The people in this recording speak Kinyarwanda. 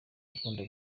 akunda